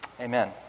Amen